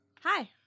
Hi